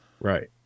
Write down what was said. Right